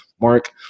Mark